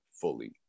fully